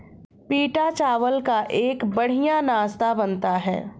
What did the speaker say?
पीटा चावल का एक बढ़िया नाश्ता बनता है